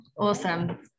Awesome